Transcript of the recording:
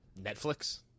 Netflix